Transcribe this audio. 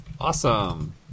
Awesome